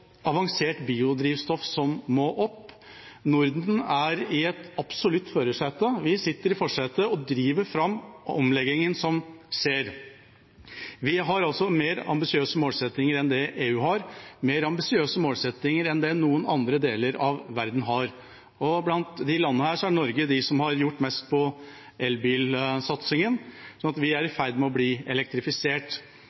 avansert biodrivstoff som må opp. Norden er absolutt i førersetet – vi sitter i førersetet og driver fram omleggingen som skjer. Vi har altså mer ambisiøse målsettinger enn det EU har, mer ambisiøse målsettinger enn det andre deler av verden har, og blant landene er Norge det landet som har gjort mest innen elbilsatsingen, ved at bilene er i